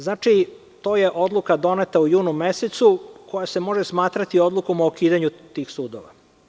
Znači, to je odluka doneta u junu mesecu koja se može smatrati odlukom o ukidanju tih sudova.